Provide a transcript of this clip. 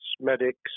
medics